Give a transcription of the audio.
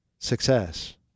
success